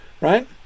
right